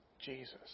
Jesus